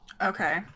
Okay